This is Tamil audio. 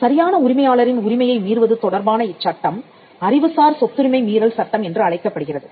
சரியான உரிமையாளரின் உரிமையை மீறுவது தொடர்பான இச்சட்டம் அறிவுசார் சொத்துரிமை மீறல் சட்டம் என்று அழைக்கப்படுகிறது